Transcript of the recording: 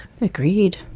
Agreed